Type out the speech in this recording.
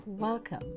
Welcome